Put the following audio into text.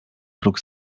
próg